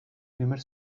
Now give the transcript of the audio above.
primer